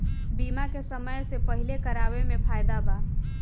बीमा के समय से पहिले करावे मे फायदा बा